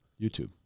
YouTube